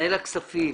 מנהל הכספים,